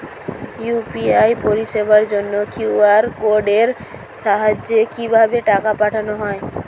UPI পরিষেবার জন্য QR কোডের সাহায্যে কিভাবে টাকা পাঠানো হয়?